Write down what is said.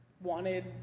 wanted